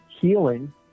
healing